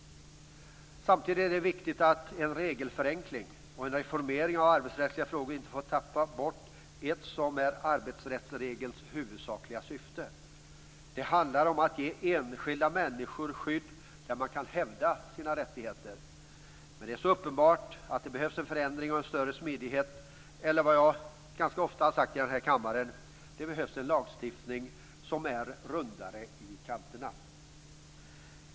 Samtidigt är det viktigt att man vid en regelförenkling och en reformering av arbetsrättsliga frågor inte tappar bort det som är arbetsrättsreglernas huvudsakliga syfte, nämligen att ge enskilda människor skydd så att de kan hävda sina rättigheter. Men det är så uppenbart att det behövs en förändring och en större smidighet, eller som jag själv ofta har uttryckt det i den här kammaren: Det behövs en lagstiftning som är rundare i kanterna.